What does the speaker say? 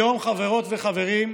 היום, חברות וחברים,